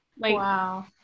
Wow